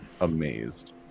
amazed